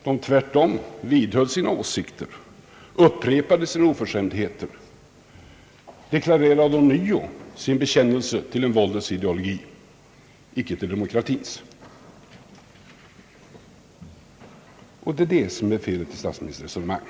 De tvärtom vidhöll sina åsikter, upprepade sina oförskämdheter och deklarerade ånyo sin bekännelse till en våldets ideologi, icke till demokratins. Det är det som är felet i statsministerns resonemang.